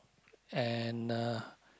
and uh